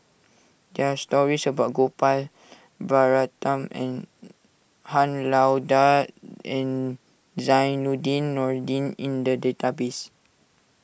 there are stories about Gopal Baratham Han Lao Da and Zainudin Nordin in the database